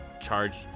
charge